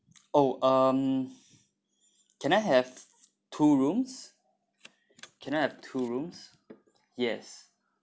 oh um can I have two rooms can I have two rooms yes